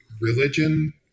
religion